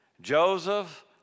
Joseph